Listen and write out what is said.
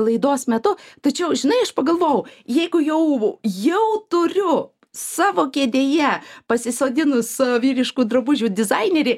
laidos metu tačiau žinai aš pagalvojau jeigu jau jau turiu savo kėdėje pasisodinus vyriškų drabužių dizainerį